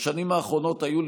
בשנים האחרונות היו,